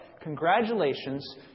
Congratulations